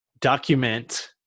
document